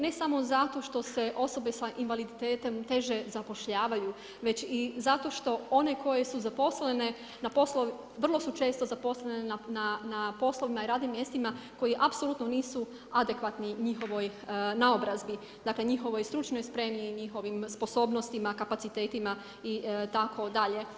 Ne samo zato što se osobe s invaliditetom teže zapošljavaju, već zato što one koje su zaposlene, vrlo su često zaposlene na poslovna i radnim mjestima koje apsolutno nisu adekvatni njihovoj naobrazbi, dakle njihovoj stručnoj spremi i njihovim sposobnosti i kapacitetima itd.